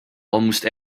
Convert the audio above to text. almost